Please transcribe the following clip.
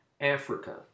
Africa